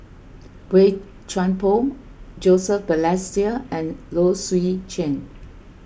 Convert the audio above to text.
Boey Chuan Poh Joseph Balestier and Low Swee Chen